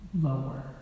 lower